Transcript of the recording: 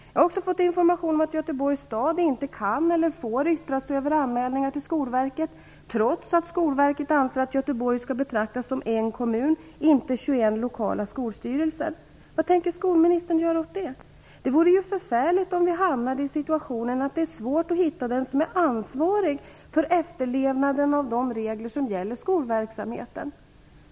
Jag har också fått information om att Göteborgs stad inte kan eller får yttra sig över anmälningar till Skolverket, trots att Skolverket anser att Göteborg i detta sammanhang skall betraktas om en kommun, inte som 21 lokala skolstyrelser. Vad tänker skolministern göra åt det? Det vore ju förfärligt om vi hamnade i situationen att det är svårt att hitta den som är ansvarig för efterlevnaden av de regler som gäller skolverksamheten.